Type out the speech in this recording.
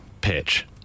Pitch